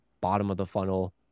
bottom-of-the-funnel